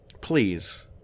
please